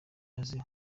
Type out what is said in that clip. azi